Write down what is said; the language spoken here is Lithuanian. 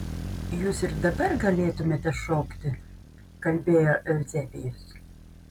jūs ir dabar galėtumėte šokti kalbėjo euzebijus